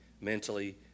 mentally